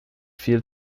viel